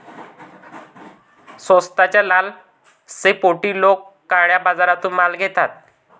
स्वस्ताच्या लालसेपोटी लोक काळ्या बाजारातून माल घेतात